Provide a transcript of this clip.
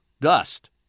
dust